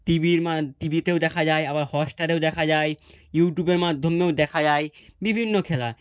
টি ভির টি ভিতেও দেখা যায় আবার হটস্টারেও দেখা যায় ইউটিউবের মাধ্যমেও দেখা যায় বিভিন্ন খেলা